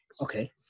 okay